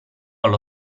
allo